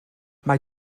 mae